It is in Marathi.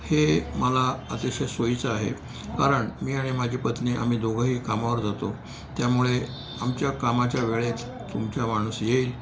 हे मला अतिशय सोयीचं आहे कारण मी आणि माझी पत्नी आम्ही दोघंही कामावर जातो त्यामुळे आमच्या कामाच्या वेळेत तुमच्या माणूस येईल